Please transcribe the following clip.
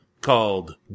called